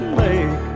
make